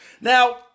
Now